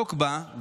שנעסוק בה,